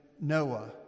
Noah